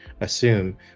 Assume